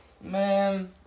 Man